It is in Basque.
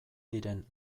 diren